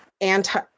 anti